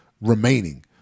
remaining